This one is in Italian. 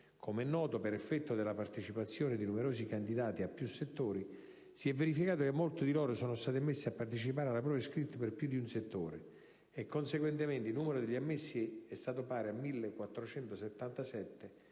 Come è noto, per effetto della partecipazione di numerosi candidati a più settori, si è verificato che molti di loro sono stati ammessi a partecipare alle prove scritte per più di un settore e, conseguentemente, il numero degli ammessi è stato pari a 1477,